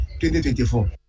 2024